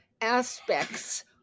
aspects